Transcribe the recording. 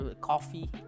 coffee